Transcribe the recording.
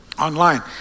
online